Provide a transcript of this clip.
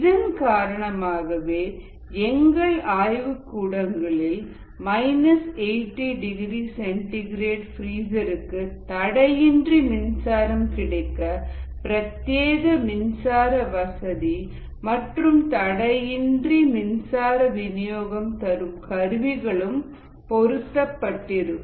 இதன் காரணமாகவே எங்கள் ஆய்வுக்கூடங்களில் 80 டிகிரி சென்டிகிரேட்ஃப்ரிசர்ருக்கு தடையின்றி மின்சாரம் கிடைக்க பிரத்தியேக மின்சார வசதி மற்றும் தடையின்றி மின்சார விநியோகம் தரும் கருவிகளும் பொருத்தப்பட்டிருக்கும்